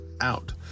out